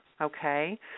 Okay